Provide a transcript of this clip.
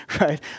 Right